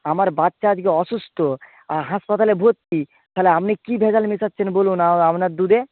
আমার বাচ্চা আজকে অসুস্থ হাসপাতালে ভর্তি তাহলে আপনি কি ভেজাল মেশাচ্ছেন বলুন আপনার দুধে